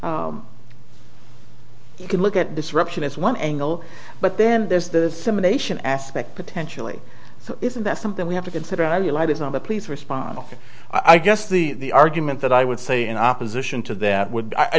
can look at disruption as one angle but then there's the simulation aspect potentially so isn't that something we have to consider i lighted on the police respond often i guess the argument that i would say in opposition to that would i